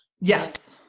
Yes